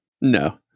no